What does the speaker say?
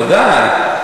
ודאי.